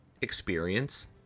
experience